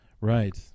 right